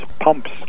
pumps